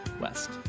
West